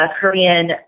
Korean